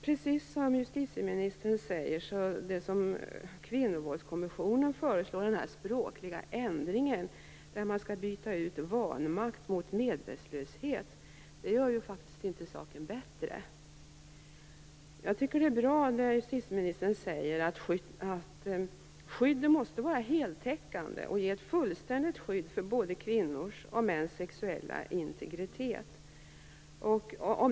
Precis som justitieministern säger gör det som Kvinnovåldkommissionen föreslår, att man skall byta ut ordet vanmakt mot medvetslöshet, inte saken bättre. Det är bra att justitieministern säger att skyddet måste vara heltäckande och ge ett fullständigt skydd för både kvinnors och mäns sexuella integritet.